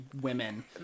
women